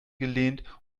gelehnt